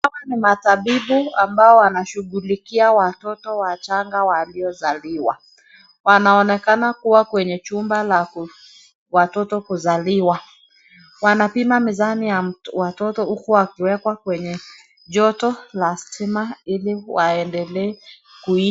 Hawa ni matabibu ambao wanashughulikia watoto wachanga waliozaliwa wanaonekana kuwa kwenye chumba cha watoto kuzaliwa, wanapima mizani ya watoto huku wakiwekwa kwenye joto la stima ili waendele kuishi.